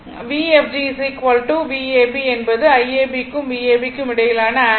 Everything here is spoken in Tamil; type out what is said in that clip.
Vfg Vab என்பது Iab க்கும் Vab க்கும் இடையிலான ஆங்கிள்